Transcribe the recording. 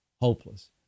hopeless